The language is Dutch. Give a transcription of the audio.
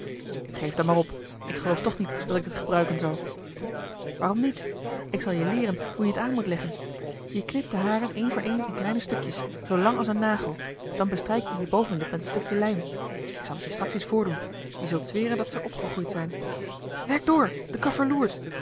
geef dan maar op ik geloof toch niet dat ik het gebruiken zal waarom niet ik zal je leeren hoe je het aan moet leggen je knijpt de haren één voor één in kleine stukjes zoo lang als een nagel dan bestrijk je je bovenlip met het stukje lijm ik zal het je straks eens voordoen je zult zweren dat ze er op gegroeid zijn werk door de